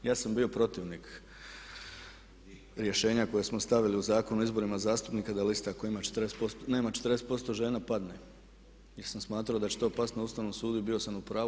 Ja sam bio protivnik rješenja koji smo stavili u Zakon o izborima zastupnika da lista koja nema 40% žena padne, jer sam smatrao da će to pasti na Ustavnom sudu i bio sam u pravu.